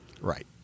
right